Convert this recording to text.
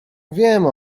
wiem